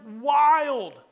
wild